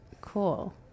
Cool